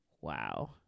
Wow